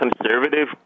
conservative